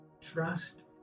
trust